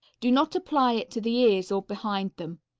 do not apply it to the ears or behind them.